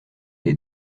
est